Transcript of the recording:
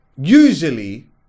usually